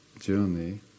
journey